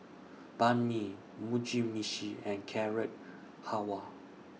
Banh MI Mugi Meshi and Carrot Halwa